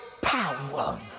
power